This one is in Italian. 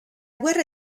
guerra